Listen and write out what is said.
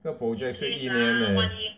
这个 project 是一年 leh